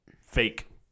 fake